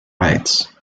rights